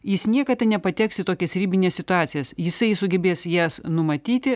jis niekada nepateks į tokias ribines situacijas jisai sugebės jas numatyti